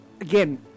Again